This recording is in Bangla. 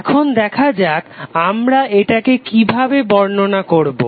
এখন দেখা যাক আমরা এটাকে কিভাবে বর্ণনা করবো